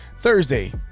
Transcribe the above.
thursday